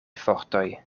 fortoj